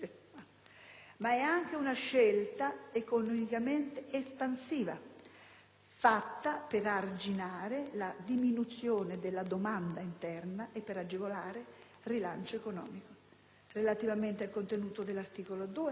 altresì di una scelta economica espansiva, fatta per arginare la diminuzione della domanda interna e per agevolare il rilancio economico. Relativamente al contenuto dell'articolo 2,